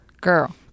Girl